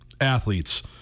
athletes